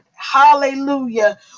Hallelujah